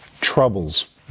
troubles